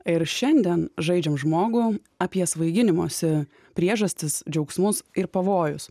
ir šiandien žaidžiam žmogų apie svaiginimosi priežastis džiaugsmus ir pavojus